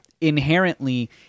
Inherently